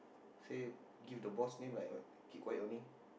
say give the boss name like what keep quiet only